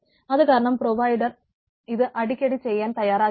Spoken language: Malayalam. അതു കാരണം പ്രൊവൈഡർ ഇത് അടിക്കടി ചെയ്യാൻ തയാറാകാറില്ല